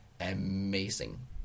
amazing